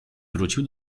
wrócił